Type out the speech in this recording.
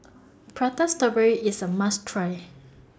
Prata Strawberry IS A must Try